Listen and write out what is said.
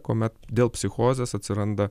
kuomet dėl psichozės atsiranda